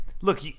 look